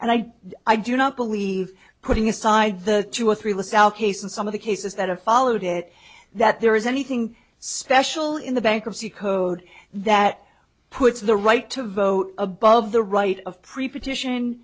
and i i do not believe putting aside the two or three lasalle case and some of the cases that have followed it that there is anything special in the bankruptcy code that puts the right to vote above the right of pre partition